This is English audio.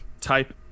Type